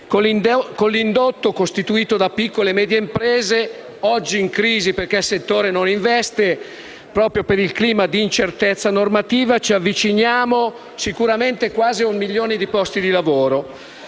Con l'indotto, costituito da piccole e medie imprese, oggi in crisi perché il settore non investe proprio per il clima di incertezza normativa, ci avviciniamo sicuramente quasi ad un milione di posti di lavoro.